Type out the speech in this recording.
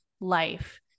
life